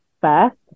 first